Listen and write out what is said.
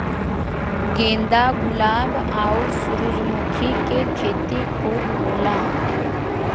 गेंदा गुलाब आउर सूरजमुखी के खेती खूब होला